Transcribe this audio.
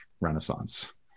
Renaissance